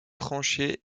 tranchée